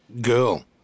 girl